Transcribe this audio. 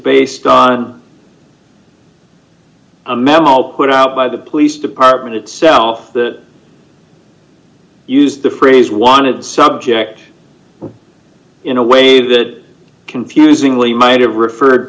based on a memo put out by the police department itself that use the phrase wanted subject in a way that confusingly minded referred